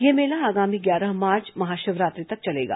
यह मेला आगामी ग्यारह मार्च महाशिवरात्रि तक चलेगा